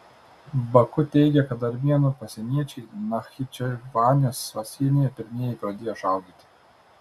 baku teigia kad armėnų pasieniečiai nachičevanės pasienyje pirmieji pradėjo šaudyti